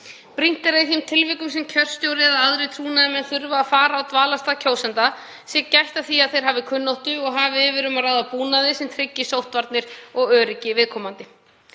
er að í þeim tilvikum sem kjörstjóri eða aðrir trúnaðarmenn þurfa að fara á dvalarstað kjósenda sé gætt að því að þeir hafi kunnáttu og hafi yfir að ráða búnaði sem tryggi sóttvarnir og öryggi viðkomandi.